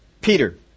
Peter